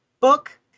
book